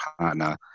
partner